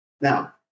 Now